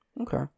Okay